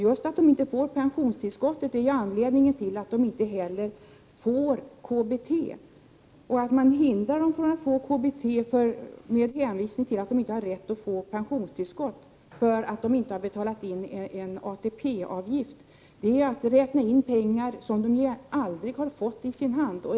Just att de inte får pensionstillskottet är anledningen till att de inte heller får KBT. Att hindra dem från att få KBT med hänvisning till att de inte har rätt att få pensionstillskott, därför att de inte har betalat in ATP-avgift, är att räkna in pengar som de aldrig har fått i sin hand.